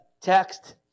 text